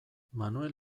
manuel